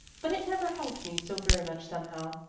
but it never helped me so very much, somehow.